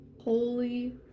Holy